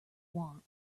want